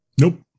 Nope